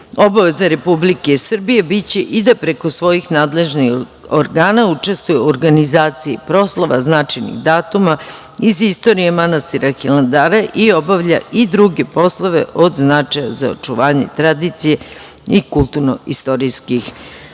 Republike Srbije biće i da preko svojih nadležnih organa učestvuje u organizaciji proslava, značajnih datuma iz istorije manastira Hilandara i obavlja i druge poslove od značaja za očuvanje tradicije i kulturno istorijskih